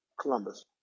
Columbus